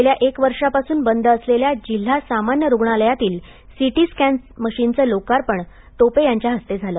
गेल्या एक वर्षापासून बंद असलेल्या जिल्हा सामान्य रुग्णालयातील सीटी स्कँन मशिनचं लोकार्पण टोपे यांच्या हस्ते झालं